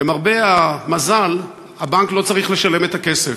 למרבה המזל, הבנק לא צריך לשלם את הכסף,